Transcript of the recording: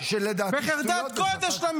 בחרדת קודש,